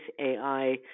AI